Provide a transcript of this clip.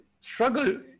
struggle